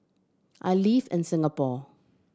I live in Singapore